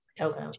Okay